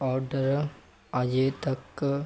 order ਅਜੇ ਤੱਕ